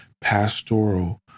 pastoral